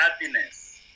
happiness